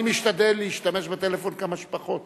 משתדל להשתמש בטלפון כמה שפחות.